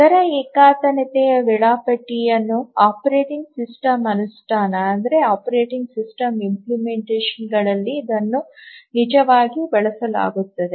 ದರ ಏಕತಾನತೆಯ ವೇಳಾಪಟ್ಟಿಯ ಆಪರೇಟಿಂಗ್ ಸಿಸ್ಟಮ್ ಅನುಷ್ಠಾನಗಳಲ್ಲಿ ಇದನ್ನು ನಿಜವಾಗಿ ಬಳಸಲಾಗುತ್ತದೆ